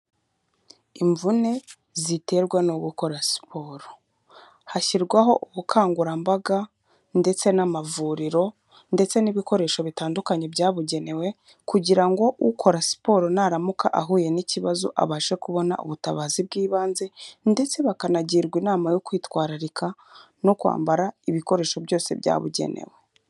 Imvune ziterwa no gukora siporo. Hashyirwaho ubukangurambaga ndetse n'amavuriro ndetse n'ibikoresho bitandukanye byabugenewe, kugira ngo ukora siporo naramuka ahuye n'ikibazo abashe kubona ubutabazi bw'ibanze ndetse bakanagirwa inama yo kwitwararika no kwambara ibikoresho byose byabugenewe.